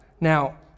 Now